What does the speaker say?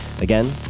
Again